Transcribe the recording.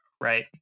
right